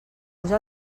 usa